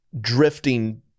drifting